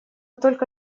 только